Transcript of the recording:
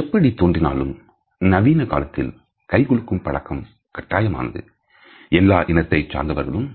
எப்படி தோன்றினாலும் நவீன காலத்தில் கை குலுக்கும் பழக்கம் கட்டாயமானது எல்லா இனத்தைச் சார்ந்தவர்களும்